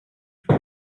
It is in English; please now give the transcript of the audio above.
for